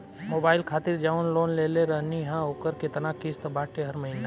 Mobile खातिर जाऊन loan लेले रहनी ह ओकर केतना किश्त बाटे हर महिना?